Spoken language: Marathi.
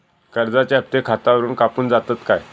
कर्जाचे हप्ते खातावरून कापून जातत काय?